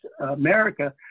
America